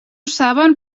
saben